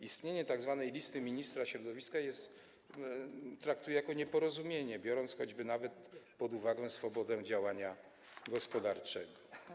Istnienie tzw. listy ministra środowiska traktuję jako nieporozumienie, biorąc choćby pod uwagę swobodę działania gospodarczego.